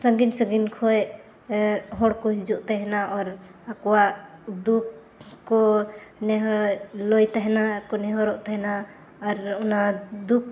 ᱥᱟᱺᱜᱤᱧᱼᱥᱟᱺᱜᱤᱧ ᱠᱷᱚᱡ ᱦᱚᱲᱠᱚ ᱦᱤᱡᱩᱜ ᱛᱟᱦᱮᱱᱟ ᱟᱨ ᱟᱠᱚᱣᱟᱜ ᱫᱩᱠ ᱠᱚ ᱱᱮᱦᱚᱨ ᱞᱟᱹᱭ ᱛᱟᱦᱮᱱᱟ ᱟᱨ ᱠᱚ ᱱᱮᱦᱚᱨᱚᱜ ᱛᱟᱦᱮᱱᱟ ᱟᱨ ᱚᱱᱟ ᱫᱩᱠ